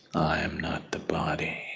i am not the body